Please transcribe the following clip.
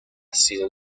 sido